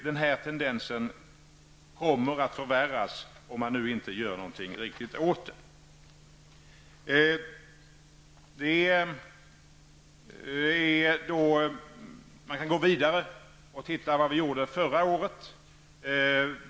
Den här tendensen kommer att förvärras om man inte gör någonting åt det. Man kan gå vidare och titta på vad vi gjorde förra året.